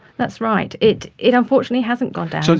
that's right, it it unfortunately hasn't gone down, so